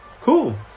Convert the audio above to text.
cool